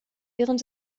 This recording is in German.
während